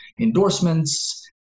endorsements